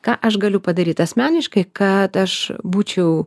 ką aš galiu padaryt asmeniškai kad aš būčiau